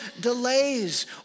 delays